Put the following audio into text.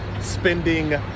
spending